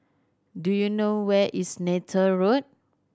do you know where is Neythal Road